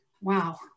Wow